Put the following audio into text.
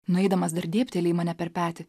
nueidamas dar dėbteli į mane per petį